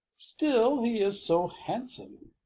still, he is so handsome!